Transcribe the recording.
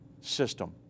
system